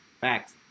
Facts